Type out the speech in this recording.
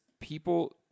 people –